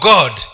God